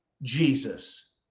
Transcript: Jesus